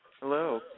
Hello